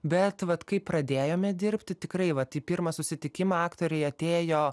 bet vat kai pradėjome dirbti tikrai vat į pirmą susitikimą aktoriai atėjo